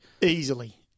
Easily